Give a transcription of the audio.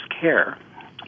care